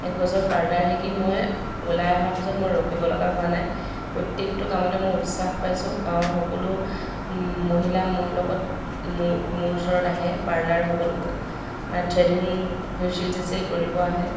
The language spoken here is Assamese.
এক বছৰ পাৰ্লাৰ শিকি মই ওলাই অহাৰ পিছত মই ৰখিব লগা হোৱা নাই প্ৰত্যেকটো কামতে মই উৎসাহ পাইছোঁ গাঁৱৰ সকলো মহিলা মোৰ লগত মোৰ মোৰ ওচৰত আহে পাৰ্লাৰ সকলো মানে থ্ৰেডিং ফেচিয়েল চেছিয়েল কৰিব আহে